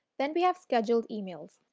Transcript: then we have scheduled emails.